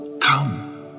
come